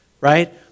right